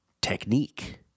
technique